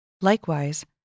Likewise